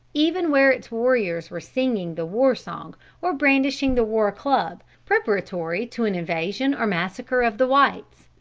even where its warriors were singing the war song or brandishing the war club, preparatory to an invasion or massacre of the whites.